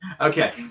Okay